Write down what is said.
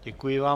Děkuji vám.